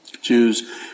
Jews